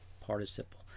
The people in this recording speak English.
participle